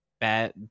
bad